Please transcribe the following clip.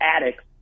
addicts